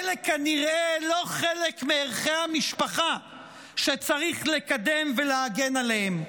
אלה כנראה לא חלק מערכי המשפחה שצריך לקדם ולהגן עליהם.